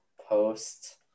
post